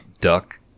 duck